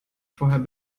vorher